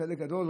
חלק גדול,